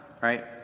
Right